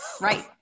Right